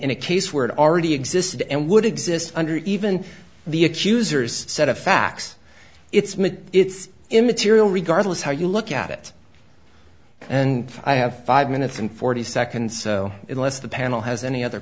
in a case where it already existed and would exist under even the accuser's set of facts it's me it's immaterial regardless how you look at it and i have five minutes and forty seconds so unless the panel has any other